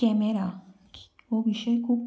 camera हो विशय खूब